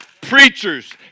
Preachers